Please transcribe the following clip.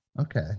okay